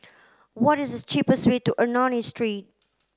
what is the cheapest way to Ernani Street